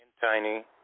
tiny